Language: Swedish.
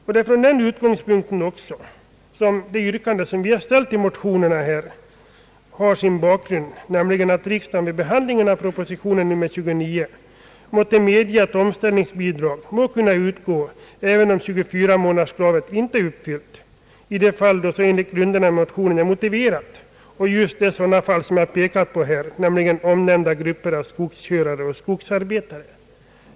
Det är också från den utgångspunkten som yrkandena i motionerna har ställts, nämligen att riksdagen vid sin behandling av propositionen nr 29 måtte medge att omställningsbidrag må kunna utgå, även om 24-månaderskravet inte är uppfyllt, i de fall när det enligt motionerna är motiverat och framför allt då i sådana fall som jag här pekar på, nämligen de nämnda grupperna av skogskörare och skogsarbetare.